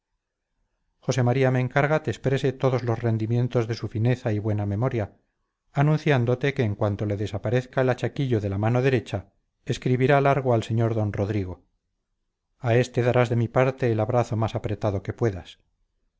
josé maría me encarga te exprese todos los rendimientos de su fineza y buena memoria anunciándote que en cuanto le desaparezca el achaquillo de la mano derecha escribirá largo al sr d rodrigo a este darás de mi parte el abrazo más apretado que puedas